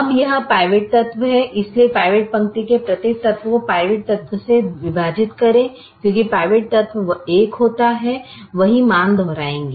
अब यह पिवोट तत्व है इसलिए पिवोट पंक्ति के प्रत्येक तत्व को पिवट तत्व से विभाजित करें क्योंकि पिवट तत्व 1 होता है वही मान दोहराएंगे